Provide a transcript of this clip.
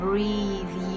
Breathe